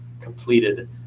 completed